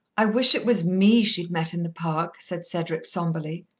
i wish it was me she'd met in the park, said cedric sombrely.